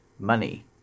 money